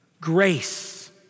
Grace